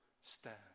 stand